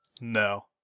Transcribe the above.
No